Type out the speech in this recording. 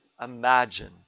imagine